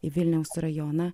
į vilniaus rajoną